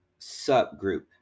subgroup